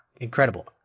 incredible